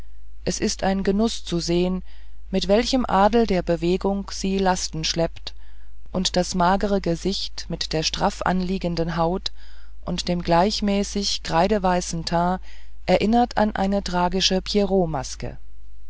es ist ein genuß zu sehen mit welchem adel der bewegungen sie lasten schleppt und das magere gesicht mit der straff anliegenden haut und dem gleichmäßig kreideweißen teint erinnert an eine tragische